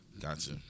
Gotcha